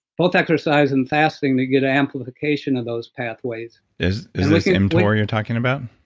both exercise and fasting to get amplification of those pathways is this mtor you're talking about?